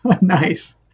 Nice